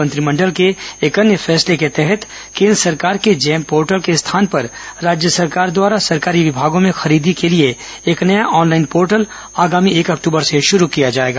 मंत्रिमंडल के एक अन्य फैसले के तहत केन्द्र सरकार के जेम पोर्टल के स्थान पर राज्य सरकार द्वारा सरकारी विभागों में खरीदी के लिए एक नया ऑनलाईन पोर्टल आगामी एक अक्टूबर से शुरू किया जाएगा